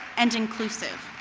and inclusive.